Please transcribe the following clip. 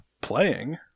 playing